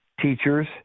teachers